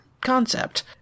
concept